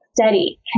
steady